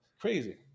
Crazy